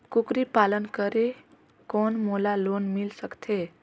कूकरी पालन करे कौन मोला लोन मिल सकथे?